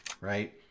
right